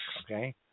okay